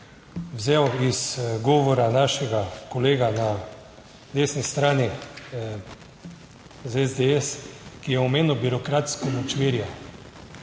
vzel iz govora našega kolega na desni strani iz SDS, ki je omenil birokratsko močvirje.